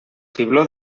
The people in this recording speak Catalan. fibló